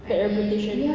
bad reputation